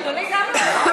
אדוני גם לא היה.